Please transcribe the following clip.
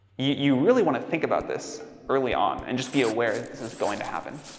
you, you really want to think about this early on and just be aware this is going to happen.